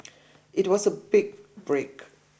it was a big break